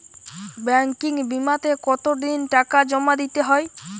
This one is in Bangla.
ব্যাঙ্কিং বিমাতে কত দিন টাকা জমা দিতে হয়?